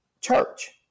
church